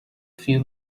few